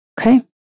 Okay